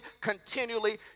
continually